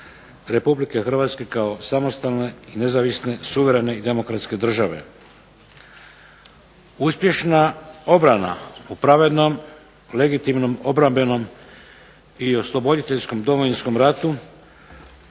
Republike Hrvatske kao samostalne i nezavisne suverene i demokratske države. Uspješna obrana u pravednom, legitimnom, obrambenom i osloboditeljskom Domovinskom ratu